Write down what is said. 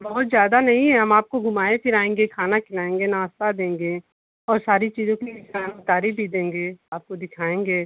बहुत ज्यादा नहीं है हम आपको घुमाए फिराएँगे खाना खिलाएँगे नाश्ता देंगे और सारी चीज़ों की जानकारी भी देंगे आपको दिखाएँगे